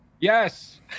yes